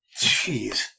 Jeez